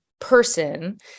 person